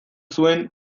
zuen